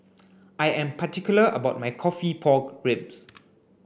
I am particular about my coffee pork ribs